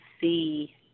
see